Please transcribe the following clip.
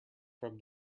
from